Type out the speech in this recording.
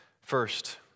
First